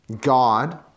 God